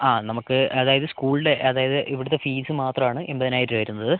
ആ നമുക്ക് അതായത് സ്കൂളിൽ അതായത് ഇവിടിത്തേ ഫീസ് മാത്രം ആണ് എൺപതിനായിരം രൂപ വരുന്നത്